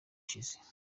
ishize